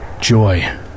joy